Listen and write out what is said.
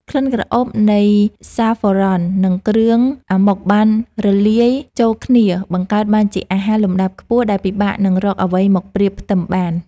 ក្លិនក្រអូបនៃសាហ្វ្រ៉ន់និងគ្រឿងអាម៉ុកបានរលាយចូលគ្នាបង្កើតបានជាអាហារលំដាប់ខ្ពស់ដែលពិបាកនឹងរកអ្វីមកប្រៀបផ្ទឹមបាន។